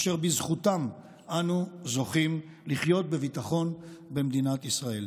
אשר בזכותם אנו זוכים לחיות בביטחון במדינת ישראל.